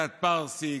קצת פרסי,